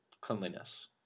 cleanliness